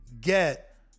get